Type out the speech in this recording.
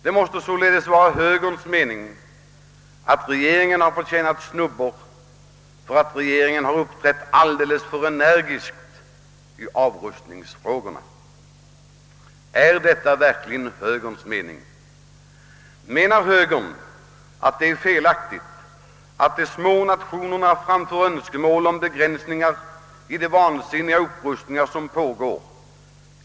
Det måste således vara högerns mening att regeringen har förtjänat snubbor för att den har uppträtt alldeles för energiskt i avrustningsfrågorna. Anser högern att det är felaktigt av de små nationerna att framföra önskemål om begränsningar i de vansinniga upprustningar som pågår?